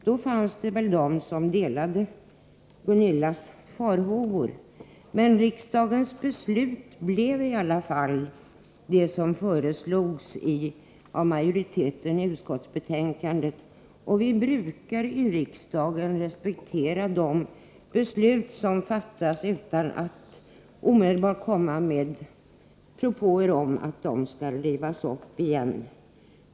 Då fanns det de som delade Gunilla Andrés farhågor. Men riksdagens beslut blev i alla fall det som föreslogs av utskottsmajoriteten. Vi brukar ju i riksdagen respektera de beslut som fattas utan att omedelbart komma med propåer om att de skall rivas upp.